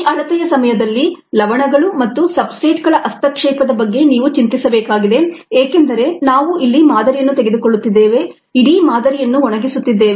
ಈ ಅಳತೆಯ ಸಮಯದಲ್ಲಿ ಲವಣಗಳು ಮತ್ತು ಸಬ್ಸ್ಟ್ರೇಟ್ಗಳ ಹಸ್ತಕ್ಷೇಪದ ಬಗ್ಗೆ ನೀವು ಚಿಂತಿಸಬೇಕಾಗಿದೆ ಏಕೆಂದರೆ ನಾವು ಇಲ್ಲಿ ಮಾದರಿಯನ್ನು ತೆಗೆದುಕೊಳ್ಳುತ್ತಿದ್ದೇವೆ ಇಡೀ ಮಾದರಿಯನ್ನು ಒಣಗಿಸುತ್ತಿದ್ದೇವೆ